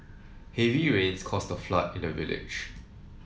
heavy rains caused a flood in the village